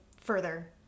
further